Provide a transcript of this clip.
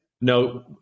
No